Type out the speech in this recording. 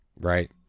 right